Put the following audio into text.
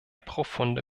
profunde